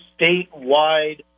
statewide